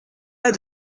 pas